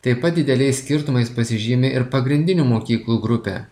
taip pat dideliais skirtumais pasižymi ir pagrindinių mokyklų grupė